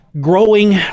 growing